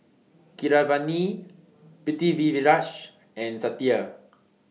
Keeravani Pritiviraj and Satya